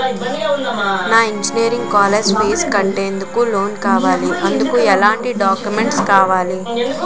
నాకు engineering college fee కట్టేందుకు loan కావాలి, ఎందుకు ఎలాంటి డాక్యుమెంట్స్ ఇవ్వాలి?